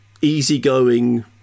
easygoing